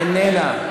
איננה,